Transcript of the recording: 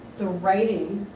the writing